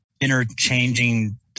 interchanging